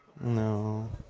no